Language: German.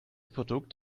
produkt